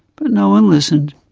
but no one listened.